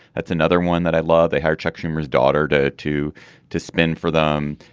that's another one that i love. they hired chuck schumer's daughter to two to spin for them.